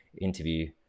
interview